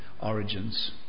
origins